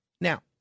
Now